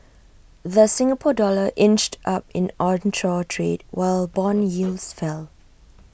the Singapore dollar inched up in onshore trade while Bond yields fell